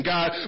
God